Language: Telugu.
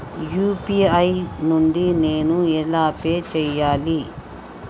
యూ.పీ.ఐ నుండి నేను ఎలా పే చెయ్యాలి?